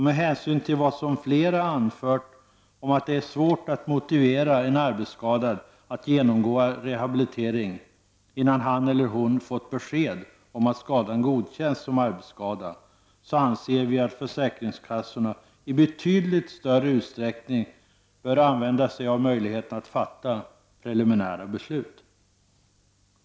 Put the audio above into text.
Med hänsyn till vad som flera anfört om att det är svårt att motivera en arbetsskadad att genomgå rehabilitering innan han eller hon har besked om att skadan godkänts som arbetsskada, anser vi att försäkringskassorna i betydligt större utsträckning bör använda sig av möjligheten att fatta preliminära beslut.